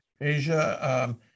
Asia